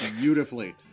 beautifully